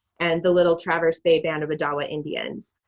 and the little traverse bay band of odawa indians.